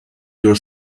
your